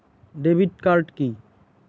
Debit card key?